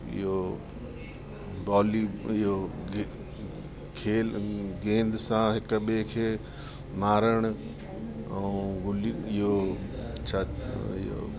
इहो बॉली इहो खेल गेंद सां हिकु ॿिए खे मारणु ऐं गुल्ली इहो छा